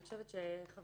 אני חושבת שחברי,